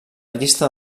llista